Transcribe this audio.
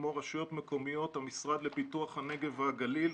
כמו רשויות מקומיות והמשרד לפיתוח הנגב והגליל,